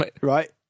Right